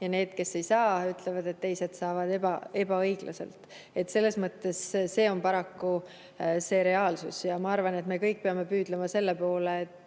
ja need, kes ei saa, ütlevad, et teised saavad ebaõiglaselt. Selles mõttes on see paraku reaalsus. Ma arvan, et me kõik peame püüdlema selle poole, et